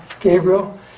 Gabriel